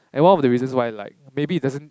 and one of the reasons why like maybe he doesn't